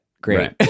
great